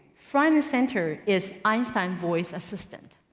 front and center is einstein voice assistant.